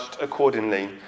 accordingly